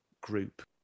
group